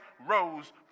rose